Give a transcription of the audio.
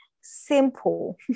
simple